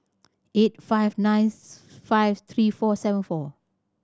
eight five nine five three four seven four